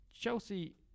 chelsea